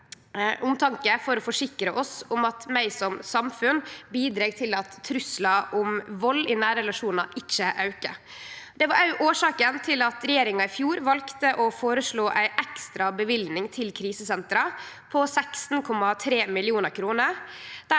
for å forsikre oss om at vi som samfunn bidreg til at truslar om vald i nære relasjonar ikkje aukar. Det var òg årsaka til at regjeringa i fjor valde å føreslå ei ekstra løyving til krisesentera på 16,3 mill. kr,